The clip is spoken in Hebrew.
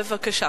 בבקשה.